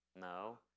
No